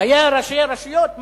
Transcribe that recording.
חיי ראשי הרשויות מאוימים.